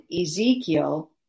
Ezekiel